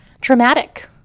dramatic